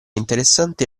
interessante